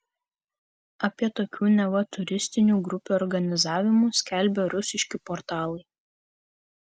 apie tokių neva turistinių grupių organizavimus skelbė rusiški portalai